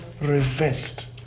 reversed